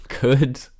Good